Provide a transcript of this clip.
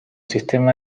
sistema